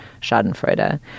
schadenfreude